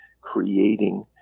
creating